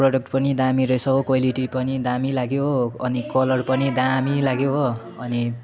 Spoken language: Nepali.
प्रोडक्ट पनि दामी रहेछ हो क्वालिटी पनि दामी लाग्यो हो अनि कलर पनि दामी लाग्यो हो अनि